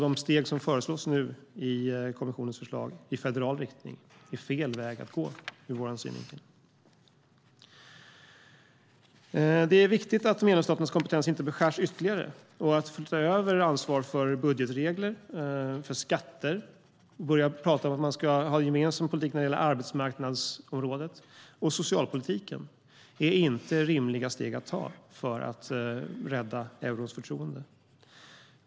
De steg i federal riktning som nu finns i kommissionens förslag är fel väg att gå ur vår synvinkel. Det är viktigt att medlemsstaternas kompetens inte beskärs ytterligare. Om man ska rädda förtroendet för euron är det inte rimliga steg att ta att flytta över ansvar för budgetregler och skatter och att börja tala om gemensam politik för arbetsmarknadsområdet och det sociala området.